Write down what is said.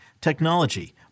technology